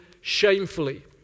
shamefully